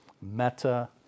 Meta